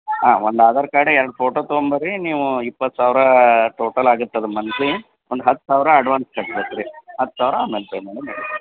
ಹಾಂ ಒಂದು ಆಧಾರ್ ಕಾರ್ಡ್ ಎರಡು ಫೋಟೋ ತೊಗೊಂಬನ್ರಿ ನೀವು ಇಪ್ಪತ್ತು ಸಾವಿರ ಟೋಟಲ್ ಆಗತ್ತದು ಮಂತ್ಲಿ ಒಂದು ಹತ್ತು ಸಾವಿರ ಅಡ್ವಾನ್ಸ್ ಕಟ್ಬೇಕು ರೀ ಹತ್ತು ಸಾವಿರ ಆಮೇಲೆ ಪೇ ಮಾಡಿ ನಡೀತತಿ ರೀ